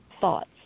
thoughts